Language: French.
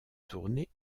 tourné